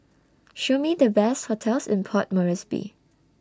Show Me The Best hotels in Port Moresby